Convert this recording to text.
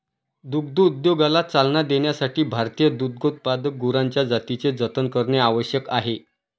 दुग्धोद्योगाला चालना देण्यासाठी भारतीय दुग्धोत्पादक गुरांच्या जातींचे जतन करणे आवश्यक आहे